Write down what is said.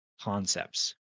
concepts